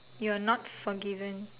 you're not forgiven